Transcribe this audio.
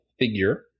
figure